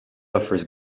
offers